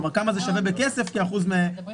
כלומר כמה זה שווה בכסף כאחוז מהתוצר,